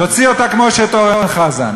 תוציא אותה כמו שאת אורן חזן.